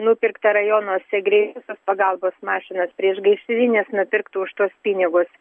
nupirkta rajonuose greitosios pagalbos mašinos priešgaisrines nupirktų už tuos pinigus